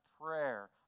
prayer